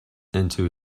into